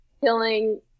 killing